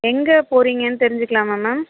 எங்கே போகிறீங்கன்னு தெரிஞ்சிக்கலாமா மேம்